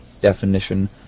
definition